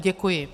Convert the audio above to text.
Děkuji.